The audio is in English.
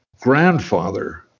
grandfather